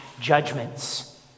judgments